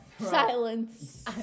Silence